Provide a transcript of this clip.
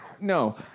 No